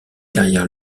derrière